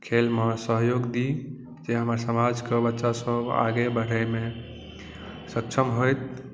खेलमे सहयोग दी जे हमर समाजके बच्चा सब आगे बढ़ैमे सक्षम होथि